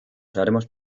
haremos